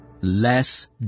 Less